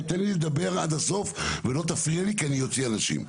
תן לי לדבר עד הסוף ולא תפריע לי כי אני אוציא אנשים.